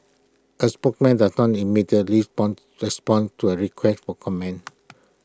A spokesman did not immediately respond respond to A request for comments